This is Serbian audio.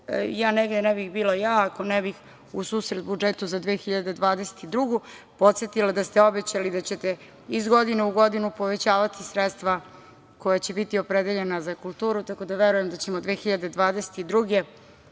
ja ne bi bila ja, ako ne bih u susret budžetu za 2022. godinu podsetila da ste obećali da ćete iz godine u godinu povećavati sredstva koja će biti opredeljena za kulturu. Tako da verujem da ćemo 2022.